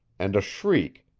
and a shriek,